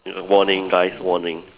warning guys warning